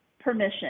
permission